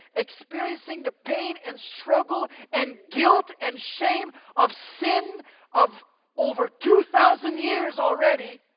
experiencing the pain and struggle and guilt and shame of sin of over two thousand years already,